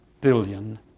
billion